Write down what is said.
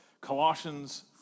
Colossians